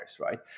right